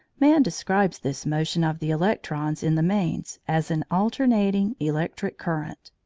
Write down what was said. man describes this motion of the electrons in the mains as an alternating electric current,